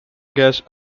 gas